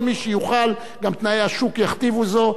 כל מי שיוכל, גם תנאי השוק יכתיבו זאת,